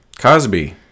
cosby